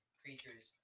creatures